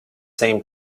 same